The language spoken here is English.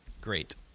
great